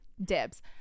Dibs